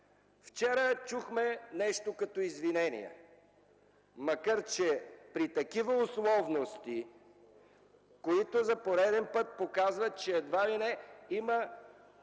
Вчера чухме нещо като извинение, макар че при такива условности, които за пореден път показват, че едва ли не има